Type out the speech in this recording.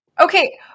Okay